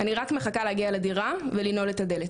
אני רק מחכה להגיע לדירה ולנעול את הדלת.